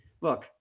look